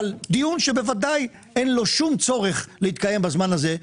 אבל דיון שבוודאי אין לו שום צורך להתקיים בזמן הזה,